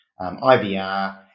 IVR